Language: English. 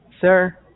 Sir